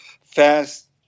fast